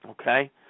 Okay